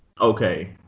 okay